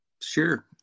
Sure